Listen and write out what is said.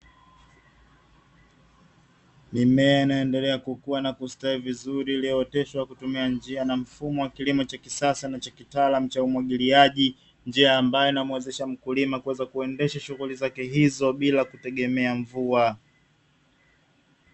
Mimea inayoendelea kukua na kustawi vizuri, iliyooteshwa kwa kutumia njia na mfumo wa kilimo cha kisasa na cha kitaalamu cha umwagiliaji, njia ambayo inamuwezesha mkulima kuweza kuendesha shughuli zake hizo bila kutegemea mvua.